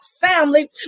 family